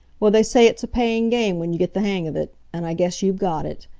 well, they say it's a paying game when you get the hang of it. and i guess you've got it.